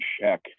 check